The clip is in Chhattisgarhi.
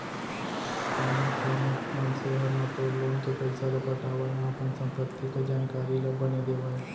कानो कोनो मनसे ह न तो लोन के पइसा ल पटावय न अपन संपत्ति के जानकारी ल बने देवय